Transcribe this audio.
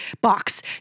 box